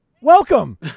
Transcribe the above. Welcome